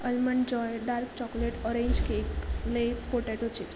almond joy dark chocolate orange cake lays potato chips